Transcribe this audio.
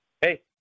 hey